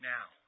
Now